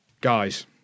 guys